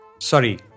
Sorry